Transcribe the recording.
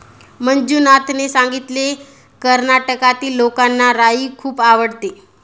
मंजुनाथने सांगितले, कर्नाटकातील लोकांना राई खूप आवडते